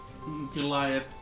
Goliath